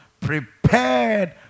prepared